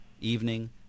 Evening